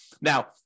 now